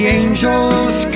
angels